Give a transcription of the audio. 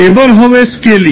এবার হবে স্কেলিং